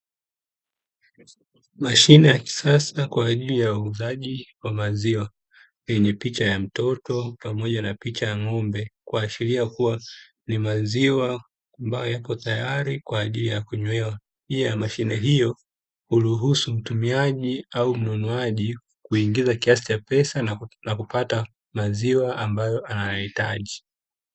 Mashine ya kisasa kwa ajili ya wauzaji wa maziwa, yenye picha ya mtoto pamoja na picha ya ng'ombe, kuashiria kuwa ni maziwa ambayo yako tayari, kwa ajili ya kunywewa. Pia mashine hiyo huruhusu mtumiaji au mnunuaji kuingiza kiasi cha pesa, na kupata maziwa ambayo anayahitaji.